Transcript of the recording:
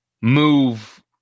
move